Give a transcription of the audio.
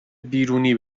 بیرونی